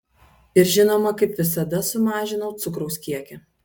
ir žinoma kaip visada sumažinau cukraus kiekį